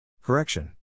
Correction